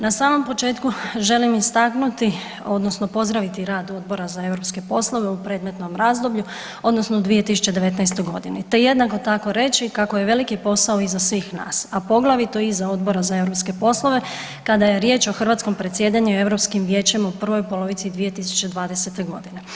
Na samom početku želim istaknuti odnosno pozdraviti rad Odbora za europske poslove u predmetnom razdoblju odnosno u 2019. g. te jednako tako reći kako je veliki posao iza svih nas a poglavito iza Odbora za europske poslove kada je riječ o hrvatskom predsjedanju Europskim vijećem u prvoj polovici 2020. godine.